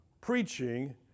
preaching